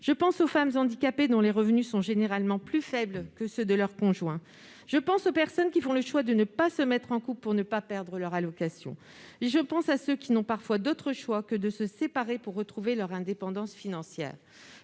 Je pense aux femmes handicapées, dont les revenus sont généralement plus faibles que ceux de leur conjoint. Je pense aux personnes qui font le choix de ne pas se mettre en couple pour ne pas perdre leur allocation. Je pense à ceux qui n'ont parfois d'autre choix que de se séparer pour retrouver leur indépendance financière.